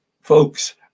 folks